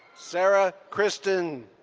sarah kristen.